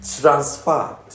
Transferred